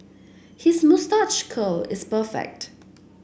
his moustache curl is perfect